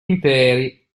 interi